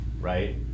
right